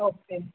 okay